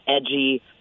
edgy